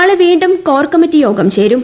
നാളെ വീണ്ടും core committee യോഗം ചേരും